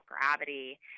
gravity